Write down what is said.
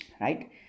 right